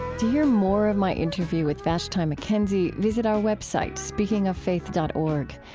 to hear more of my interview with vashti mckenzie, visit our web site, speakingoffaith dot org.